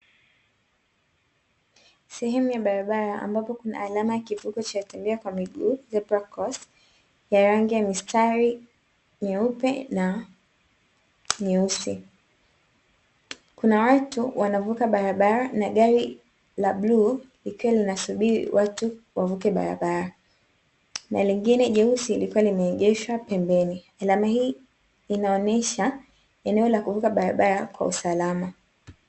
Sehemu ya barabara ambapo kuna alama ya kivuko cha watembea kwa miguu ''The black Cross'' ya rangi ya mstari nyeupe na nyeusi. Kuna watu wanavuka barabara, gari la bluu likiwa linasubiri watu wavuke barabara, na lingine jeusi likiwa limeegeshwa pembeni. Alama hii inaonyesha eneo la kuvuka barabara kwa usalama.